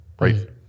right